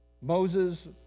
Moses